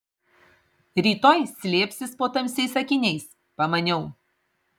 rytoj slėpsis po tamsiais akiniais pamaniau